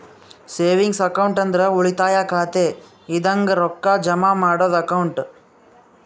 savings account ಅಂದ್ರ ಉಳಿತಾಯ ಖಾತೆ ಇದಂಗ ರೊಕ್ಕಾ ಜಮಾ ಮಾಡದ್ದು ಅಕೌಂಟ್